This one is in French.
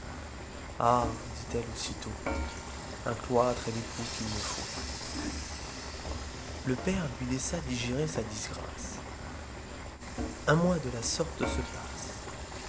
dit-elle aussitôt un cloître est l'époux qu'il me faut le père lui laissa digérer sa disgrâce un mois de la sorte se passe